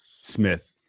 smith